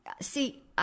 see